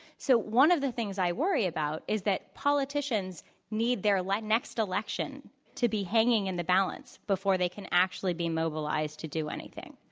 so one of the things i worry about is that politicians need their like next election to be hanging in the balance before they can actually be mobilized to do anything.